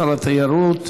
שר התיירות,